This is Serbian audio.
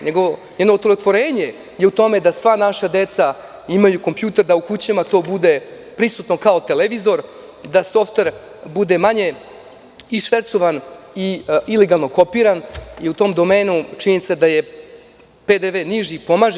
Njeno otelotvorenje je u tome da sva naša deca imaju kompjuter, da u kućama to bude prisutno kao televizor, da softver bude manje ilegalno kopiran i u tom domenu činjenica da je PDV niži pomaže.